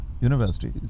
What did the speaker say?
universities